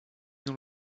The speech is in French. dans